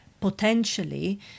Potentially